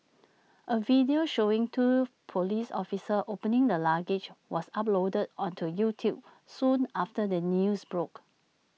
A video showing two Police officers opening the luggage was uploaded onto YouTube soon after the news broke